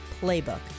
Playbook